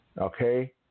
okay